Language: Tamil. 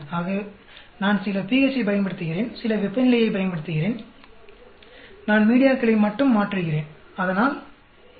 ஆக நான் சில pH ஐப் பயன்படுத்துகிறேன் சில வெப்பநிலையைப் பயன்படுத்துகிறேன் நான் மீடியாக்களை மட்டும் மாற்றுகிறேன் அதனால் A